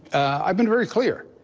i've been very clear.